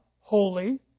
holy